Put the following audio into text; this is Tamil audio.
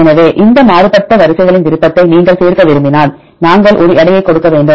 எனவே இந்த மாறுபட்ட வரிசைகளின் விருப்பத்தை நீங்கள் சேர்க்க விரும்பினால் நாங்கள் ஒரு எடையைக் கொடுக்க வேண்டும்